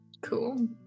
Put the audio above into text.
Cool